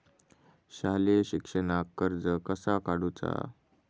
शालेय शिक्षणाक कर्ज कसा काढूचा?